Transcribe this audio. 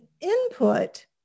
input